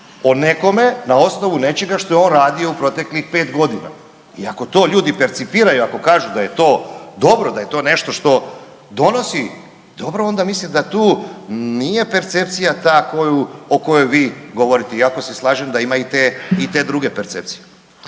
o nekome na osnovu nečega što je on radio u proteklih 5 godina. I ako to ljudi percipiraju i ako kažu da je to dobro, da je to nešto što donosi dobro, onda mislim da tu nije percepcija ta koju o kojoj vi govorite, iako se slažem da ima i te druge percepcije.